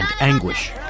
anguish